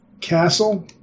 castle